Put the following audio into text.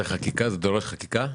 זה דורש חקיקה?